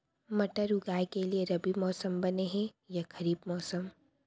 मटर उगाए के लिए रबि मौसम बने हे या खरीफ मौसम?